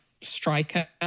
striker